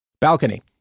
Balcony